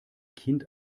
kind